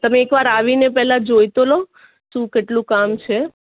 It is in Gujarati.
તમે એકવાર આવીને પહેલાં જોઈ તો લો શું કેટલું કામ છે